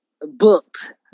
booked